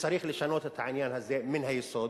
שצריך לשנות את העניין הזה מן היסוד.